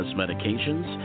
medications